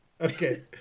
Okay